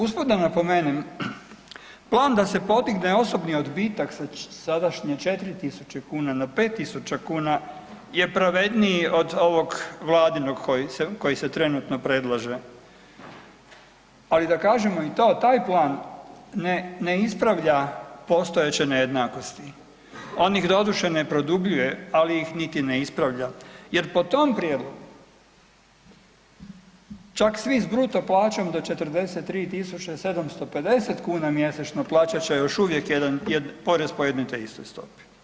Usput da napomenem, plan da se podigne osobni odbitak sa sadašnje 4.000 kuna na 5.000 kuna je pravedniji od ovog vladinog koji se trenutno predlaže, ali da kažemo i to, taj plan ne ispravlja postojeće nejednakosti, on ih doduše ne produbljuje, ali ih niti ne ispravlja jer po tom prijedlogu čak svi s bruto plaćom do 43.750 kuna mjesečno plaćat će porez po jednoj te istoj stopi.